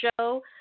show